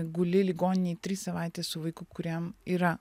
guli ligoninėj tris savaites su vaiku kuriam yra